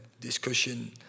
discussion